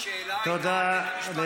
תודה.